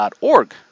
org